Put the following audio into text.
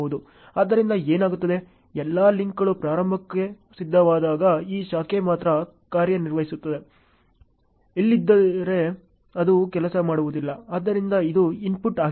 ಆದ್ದರಿಂದ ಏನಾಗುತ್ತದೆ ಎಲ್ಲಾ ಲಿಂಕ್ಗಳು ಪ್ರಾರಂಭಕ್ಕೆ ಸಿದ್ಧವಾದಾಗ ಈ ಶಾಖೆ ಮಾತ್ರ ಕಾರ್ಯನಿರ್ವಹಿಸುತ್ತದೆ ಇಲ್ಲದಿದ್ದರೆ ಅದು ಕೆಲಸ ಮಾಡುವುದಿಲ್ಲ ಆದ್ದರಿಂದ ಇದು ಇನ್ಪುಟ್ ಆಗಿದೆ